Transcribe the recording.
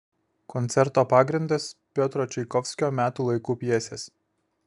koncerto pagrindas piotro čaikovskio metų laikų pjesės